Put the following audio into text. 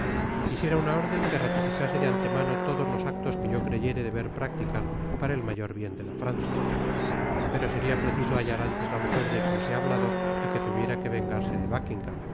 quisiera una órden que ratificase de antemano todos los actos que yo creyese deber practicar para el mayor bien de la francia pero seria preciso hallar antes la mujer de que os he hablado y que tuviera que vengarse de